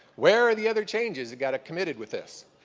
where are the other changes that got committed with this?